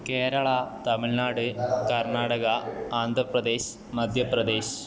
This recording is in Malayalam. കേരള തമിഴ്നാട് കർണാടക ആന്ധ്രാ പ്രദേശ് മധ്യ പ്രദേശ്